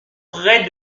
près